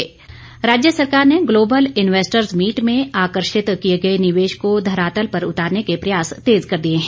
बिक्रम ठाक्र राज्य सरकार ने ग्लोबल इन्वेस्टर्स मीट में आकर्षित किए गए निवेश को धरातल पर उतारने के प्रयास तेज कर दिए हैं